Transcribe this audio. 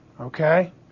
Okay